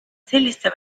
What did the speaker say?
selliste